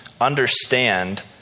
understand